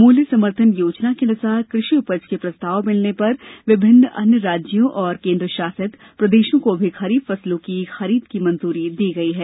मूल्य समर्थन योजना के अनुसार कृषि उपज के प्रस्ताव मिलने पर विभिन्न अन्य राज्यों और केंद्र शासित प्रदेशों को भी खरीफ फसलों की खरीद की मंजूरी दी गई है